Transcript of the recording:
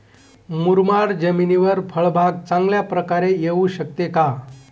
मुरमाड जमिनीवर फळबाग चांगल्या प्रकारे येऊ शकते का?